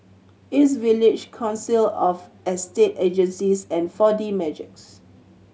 East Village Council of Estate Agencies and Four D Magix